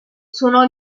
suonò